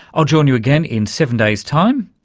i'll join you again in seven days' time.